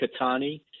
Katani